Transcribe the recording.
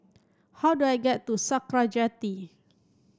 how do I get to Sakra Jetty